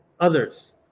others